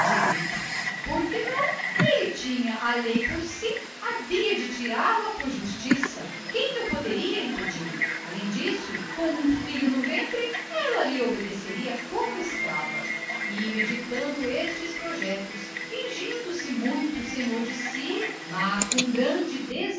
direito por que não ele tinha a lei por si quem poderia impedir lhe de tirá la por justiça além de que com um filho nas entranhas ela lhe obedeceria como escrava e ruminando estes projetos fingindo-se muito senhor de si mas com grande desespero